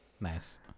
Nice